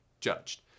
judged